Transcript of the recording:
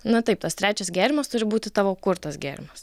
na taip tas trečias gėrimas turi būti tavo kurtas gėrimas